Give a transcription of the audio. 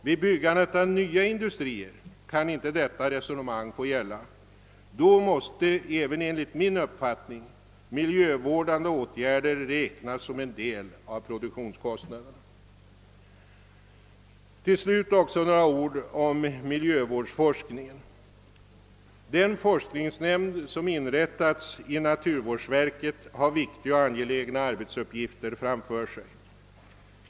Vid byggandet av nya industrier kan inte detta resonemang få gälla. Då måste enligt min uppfattning miljövårdande åtgärder räknas som en del av produktionskostnaderna. Till slut också några ord om miljövårdsforskningen. Den forskningsnämnd som inrättas av naturvårdsverket har viktiga och angelägna arbetsuppgifter framför sig.